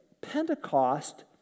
Pentecost